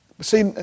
See